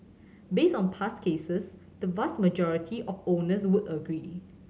based on past cases the vast majority of owners would agree